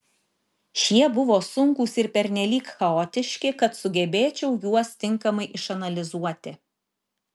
šie buvo sunkūs ir pernelyg chaotiški kad sugebėčiau juos tinkamai išanalizuoti